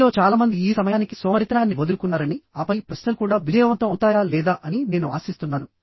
మీలో చాలా మంది ఈ సమయానికి సోమరితనాన్ని వదులుకున్నారని ఆపై ప్రశ్నలు కూడా విజయవంతం అవుతాయా లేదా అని నేను ఆశిస్తున్నాను